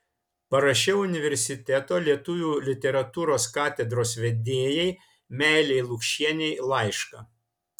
parašiau universiteto lietuvių literatūros katedros vedėjai meilei lukšienei laišką